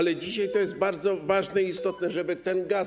Dzisiaj to jest bardzo ważne i istotne, żeby ten gaz.